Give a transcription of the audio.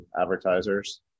advertisers